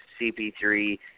CP3